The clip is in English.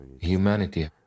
humanity